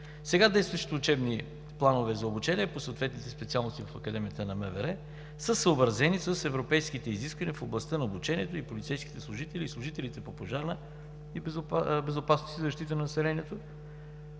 Сега действащите учебни планове за обучение по съответните специалности в Академията на МВР са съобразени с европейските изисквания в областта на обучението и полицейските служители, и служителите по пожарна безопасност и защита на населението